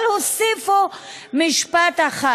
אבל הוסיפו משפט אחד,